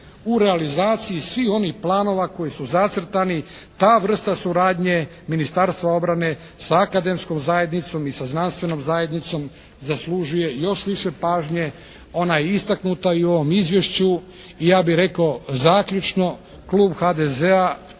u realizaciji svih onih planova koji su zacrtani ta vrsta suradnje Ministarstva obrane sa akademskom zajednicom i sa znanstvenom zajednicom zaslužuje još više pažnje, ona je istaknuta i u ovom izvješću. I ja bih rekao zaključno, klub HDZ-a